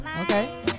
Okay